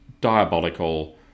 diabolical